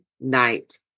night